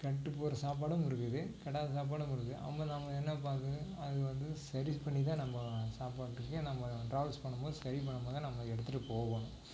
கெட்டுப் போகிற சாப்பாடும் இருக்குது கெடாத சாப்பாடும் இருக்குது அப்போ நாம் என்ன பண்ணுறது அது வந்து சரி பண்ணி தான் நம்ம சாப்பாட்டுக்கே நம்ம ட்ராவல்ஸ் பண்ணும் போது சரி பண்ணும் போது தான் நம்ம அதை எடுத்துட்டு போகணும்